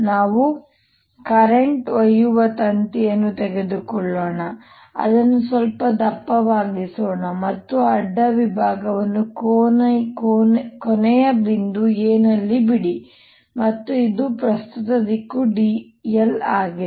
ನಾವು ಕರೆಂಟ್ ಒಯ್ಯುವ ತಂತಿಯನ್ನು ತೆಗೆದುಕೊಳ್ಳೋಣ ಅದನ್ನು ಸ್ವಲ್ಪ ದಪ್ಪವಾಗಿಸೋಣ ಮತ್ತು ಈ ಅಡ್ಡ ವಿಭಾಗವನ್ನು ಕೊನೆಯ ಬಿಂದು A ನಲ್ಲಿ ಬಿಡಿ ಮತ್ತು ಇದು ಪ್ರಸ್ತುತ ದಿಕ್ಕು d l ಆಗಿದೆ